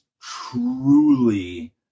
truly